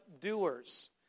doers